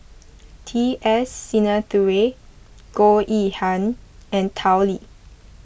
T S Sinnathuray Goh Yihan and Tao Li